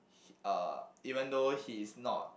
he uh even though he's not